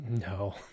No